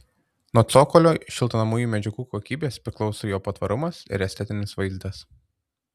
nuo cokolio šiltinamųjų medžiagų kokybės priklauso jo patvarumas ir estetinis vaizdas